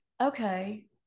okay